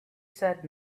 said